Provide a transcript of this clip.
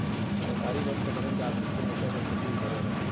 सहकारी बैंक संगठन के आर्थिक समस्या के पूर्ति करो हइ